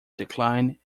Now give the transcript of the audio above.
decline